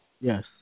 Yes